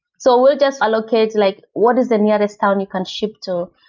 so we'll just allocate like what is the nearest town you can ship to,